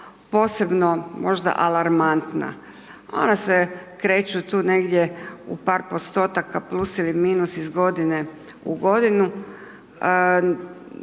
posebno možda alarmantna, ona se kreću tu negdje u par postotaka plus ili minus iz godine u godinu,